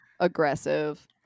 aggressive